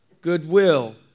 Goodwill